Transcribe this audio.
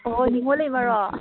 ꯑꯣ ꯑꯣ ꯅꯤꯉꯣꯜ ꯂꯩꯃꯔꯣ